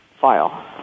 file